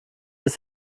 ist